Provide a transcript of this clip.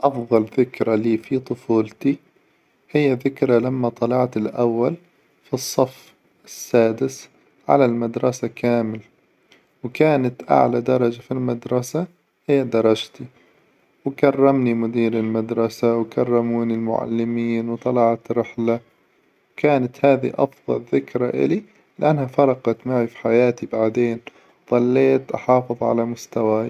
أفظل ذكرى لي في طفولتي! هي ذكرى لما طلعت الأول في الصف السادس على المدرسة كامل، وكانت أعلى درجة في المدرسة هي درجتي، وكرمني مدير المدرسة، وكرموني المعلمين، وطلعت رحلة، وكانت هذي أفظل ذكرى إلي، لأنها فرقت معي في حياتي، بعدين ظليت أحافظ على مستواي.